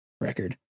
record